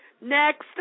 Next